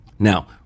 Now